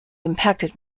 impacted